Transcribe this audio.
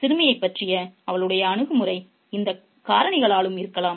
சிறுமியைப் பற்றிய அவளுடைய அணுகுமுறை இந்த காரணிகளாலும் இருக்கலாம்